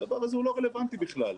הדבר הזה הוא לא רלוונטי בכלל.